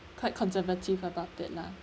quite conservative about it lah